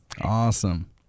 Awesome